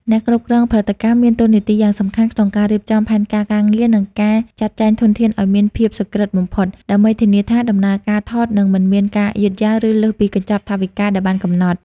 អ្នកគ្រប់គ្រងផលិតកម្មមានតួនាទីយ៉ាងសំខាន់ក្នុងការរៀបចំផែនការការងារ និងការចាត់ចែងធនធានឱ្យមានភាពសុក្រឹតបំផុត ដើម្បីធានាថាដំណើរការថតនឹងមិនមានការយឺតយ៉ាវ ឬលើសពីកញ្ចប់ថវិកាដែលបានកំណត់។